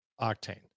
octane